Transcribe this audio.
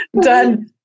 done